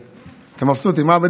אתם בסדר, אה?